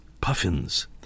puffins